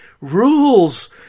rules